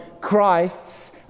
Christ's